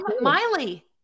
Miley